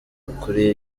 kuri